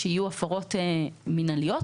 שיהיו הפרות מינהליות.